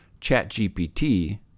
ChatGPT